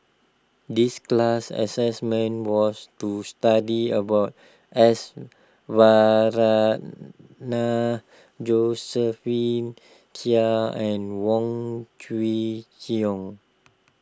this class assignment was to study about S Varathan Josephine Chia and Wong Kwei Cheong